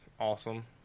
awesome